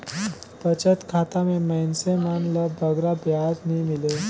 बचत खाता में मइनसे मन ल बगरा बियाज नी मिले